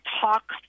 talk